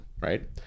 right